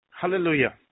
Hallelujah